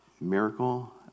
Miracle